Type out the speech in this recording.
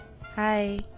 Hi